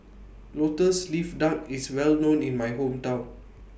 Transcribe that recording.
Lotus Leaf Duck IS Well known in My Hometown